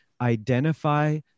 identify